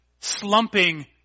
slumping